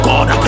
God